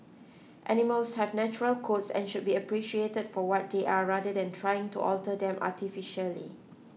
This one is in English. animals have natural coats and should be appreciated for what they are rather than trying to alter them artificially